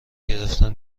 گرفتن